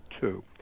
two